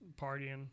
partying